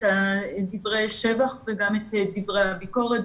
את דברי השבח וגם את דברי הביקורת,